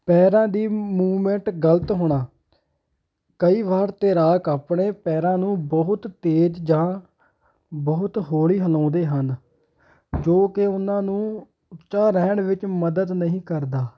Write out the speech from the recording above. ਪੈਰਾਂ ਦੀ ਮੁਮੈਂਟ ਗਲਤ ਹੋਣਾ ਕਈ ਵਾਰ ਤੈਰਾਕ ਆਪਣੇ ਪੈਰਾਂ ਨੂੰ ਬਹੁਤ ਤੇਜ਼ ਜਾਂ ਬਹੁਤ ਹੌਲੀ ਹਿਲਾਉਂਦੇ ਹਨ ਜੋ ਕਿ ਉਨ੍ਹਾਂ ਨੂੰ ਉੱਚਾ ਰਹਿਣ ਵਿੱਚ ਮਦਦ ਨਹੀਂ ਕਰਦਾ